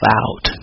out